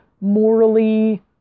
morally